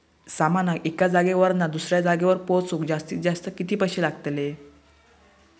सामानाक एका जागेवरना दुसऱ्या जागेवर पोचवूक जास्तीत जास्त किती पैशे लागतले?